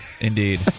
indeed